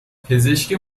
پزشک